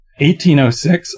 1806